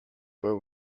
were